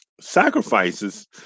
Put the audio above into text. sacrifices